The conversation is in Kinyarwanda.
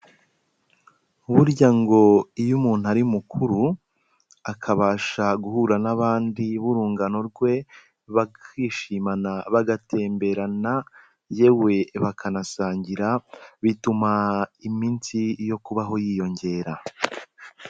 Burya ngo iyo umuntu ari mukuru akabasha guhura n'abandi b'urungano rwe bakishimana bagatemberana yewe bakanasangira bituma iminsi yo kubaho yiyongera.